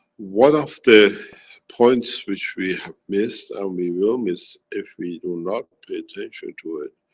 one of the points which we have missed and we will miss, if we do not pay attention to it,